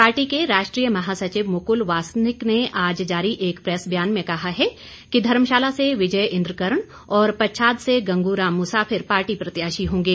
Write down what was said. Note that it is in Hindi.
पार्टी के राष्ट्रीय महासचिव मुकुल वासनिक ने आज जारी एक प्रेस बयान में कहा है कि धर्मशाला से विजय इंद्र कर्ण और पच्छाद से गंगू राम मुसाफिर पार्टी प्रत्याशी होंगे